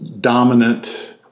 dominant